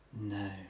No